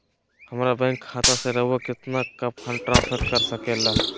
हमरा बैंक खाता से रहुआ कितना का फंड ट्रांसफर कर सके ला?